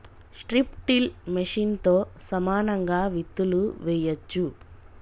strip till మెషిన్తో సమానంగా విత్తులు వేయొచ్చు